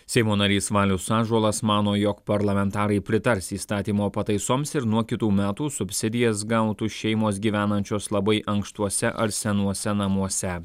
seimo narys valius ąžuolas mano jog parlamentarai pritars įstatymo pataisoms ir nuo kitų metų subsidijas gautų šeimos gyvenančios labai ankštuose ar senuose namuose